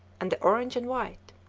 and the orange and white.